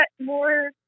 more